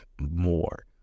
more